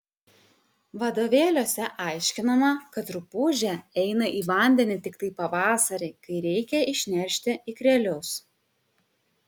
vadovėliuose aiškinama kad rupūžė eina į vandenį tiktai pavasarį kai reikia išneršti ikrelius